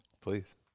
Please